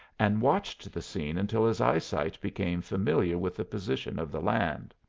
and watched the scene until his eyesight became familiar with the position of the land.